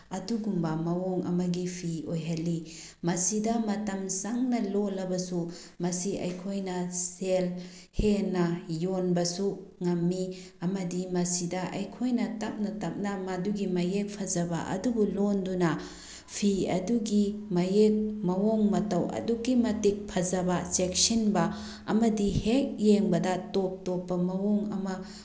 ꯑꯗꯨꯒꯨꯝꯕ ꯃꯑꯣꯡ ꯑꯃꯒꯤ ꯐꯤ ꯑꯣꯏꯍꯜꯂꯤ ꯃꯁꯤꯗ ꯃꯇꯝ ꯆꯪꯅ ꯂꯣꯜꯂꯕꯁꯨ ꯃꯁꯤ ꯑꯩꯈꯣꯏꯅ ꯁꯦꯜ ꯍꯦꯟꯅ ꯌꯣꯟꯕꯁꯨ ꯉꯝꯃꯤ ꯑꯃꯗꯤ ꯃꯁꯤꯗ ꯑꯩꯈꯣꯏꯅ ꯇꯞꯅ ꯇꯞꯅ ꯃꯗꯨꯒꯤ ꯃꯌꯦꯛ ꯐꯖꯕ ꯑꯗꯨꯕꯨ ꯂꯣꯟꯗꯨꯅ ꯐꯤ ꯑꯗꯨꯒꯤ ꯃꯌꯦꯛ ꯃꯑꯣꯡ ꯃꯇꯧ ꯑꯗꯨꯛꯀꯤ ꯃꯇꯤꯛ ꯐꯖꯕ ꯆꯦꯛꯁꯤꯟꯕ ꯑꯃꯗꯤ ꯍꯦꯛ ꯌꯦꯡꯕꯗ ꯇꯣꯞ ꯇꯣꯞꯄ ꯃꯑꯣꯡ ꯑꯃ